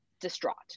distraught